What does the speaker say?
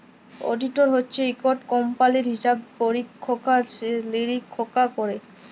auditor হছে ইকট কম্পালির হিসাব পরিখ্খা লিরিখ্খা ক্যরে